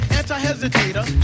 anti-hesitator